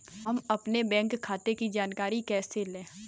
हम अपने बैंक खाते की जानकारी कैसे लें?